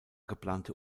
geplante